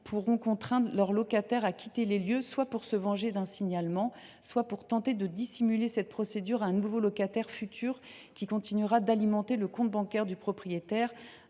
peuvent contraindre leur locataire à quitter les lieux soit pour se venger d’un signalement, soit pour tenter de dissimuler cette procédure à un futur locataire, qui continuera d’alimenter le compte bancaire du propriétaire.